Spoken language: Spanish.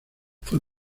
fue